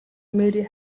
мэри